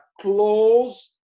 close